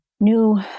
new